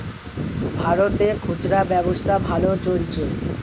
ভারতে খুচরা ব্যবসা ভালো চলছে